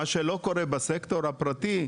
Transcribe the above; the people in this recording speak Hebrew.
מה שלא קורה בסקטור הפרטי.